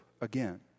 again